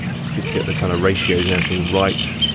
it's good to get the kind of ratios and everything right.